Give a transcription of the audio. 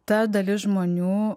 ta dalis žmonių